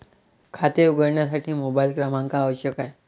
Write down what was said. खाते उघडण्यासाठी मोबाइल क्रमांक आवश्यक आहे